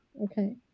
Okay